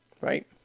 Right